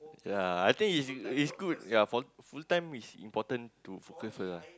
ya I think is is good ya for full time is important to focus first ah